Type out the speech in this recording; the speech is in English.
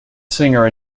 singer